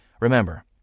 Remember